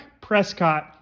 Prescott